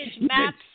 maps